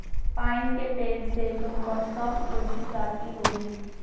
pine के पेड़ से तुमको सॉफ्टवुड की प्राप्ति होगी